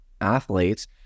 athletes